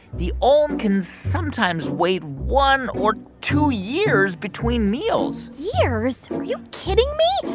the olm can sometimes wait one or two years between meals years? are you kidding me?